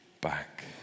back